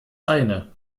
eine